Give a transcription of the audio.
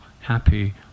happy